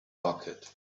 bucket